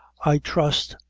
i trust,